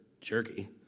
jerky